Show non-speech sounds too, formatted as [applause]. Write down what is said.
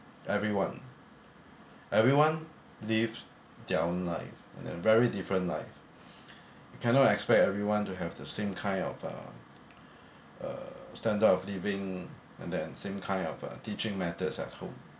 everyone everyone lives their own life and then very different life [breath] we cannot expect everyone to have the same kind of uh uh standard of living and then same kind of uh teaching methods at home